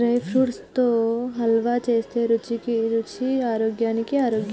dry fruits తో హల్వా చేస్తే రుచికి రుచి ఆరోగ్యానికి ఆరోగ్యం